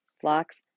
flocks